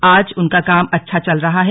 आज उनका काम अच्छा चेल रहा है